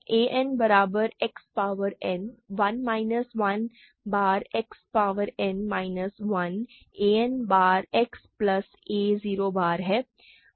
यह a n बार X power n 1 minus 1 बार X power n minus 1 a n बार X प्लस a 0 बार है